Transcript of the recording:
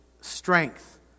strength